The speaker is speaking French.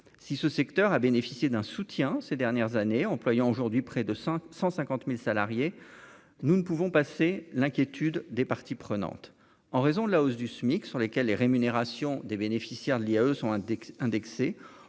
si ce secteur a bénéficié d'un soutien ces dernières années, employant aujourd'hui près de 100 150000 salariés, nous ne pouvons passer l'inquiétude des parties prenantes, en raison de la hausse du SMIC sur lesquels les rémunérations des bénéficiaires de l'IAE son index